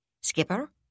Skipper